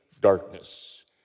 darkness